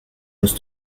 los